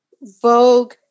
Vogue